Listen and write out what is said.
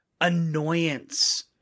annoyance